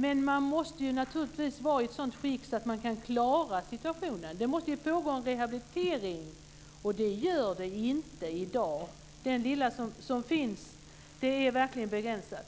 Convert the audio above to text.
Men man måste naturligtvis vara i ett sådant skick att man kan klara situationen. Det måste pågå en rehabilitering, och det gör det inte i dag. Den lilla som finns är verkligen begränsad.